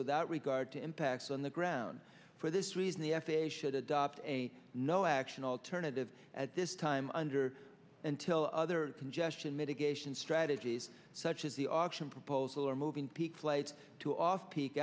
without regard to impacts on the ground for this reason the f a a should adopt a no action alternative at this time under until other congestion mitigation strategies such as the option proposal are moving peak flight to off